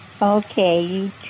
Okay